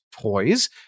toys